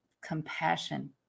compassion